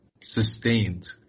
sustained